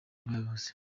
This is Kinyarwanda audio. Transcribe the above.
ubuyobozi